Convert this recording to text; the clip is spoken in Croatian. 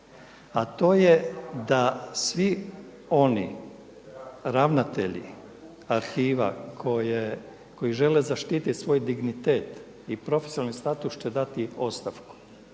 a to je da svi oni ravnatelji arhiva koji žele zaštititi svoj dignitet i profesionalni status će dati ostavku.